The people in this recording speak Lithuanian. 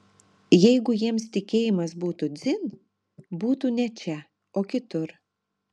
jeigu jiems tikėjimas būtų dzin būtų ne čia o kitur